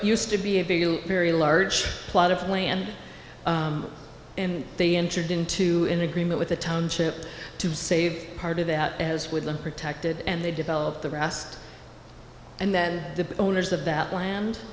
used to be a big you very large plot of land and they entered into an agreement with the township to save part of that as woodland protected and they developed the rest and then the owners of that land